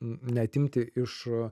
neatimti iš